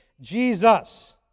Jesus